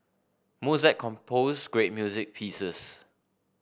Mozart composed great music pieces